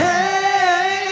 Hey